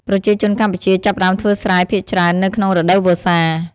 ប្រជាជនកម្ពុជាចាប់ផ្តើមធ្វើស្រែភាគច្រើននៅក្នុងរដូវវស្សា។